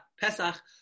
Pesach